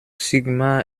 sigmar